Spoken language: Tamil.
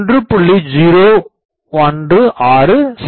016 செ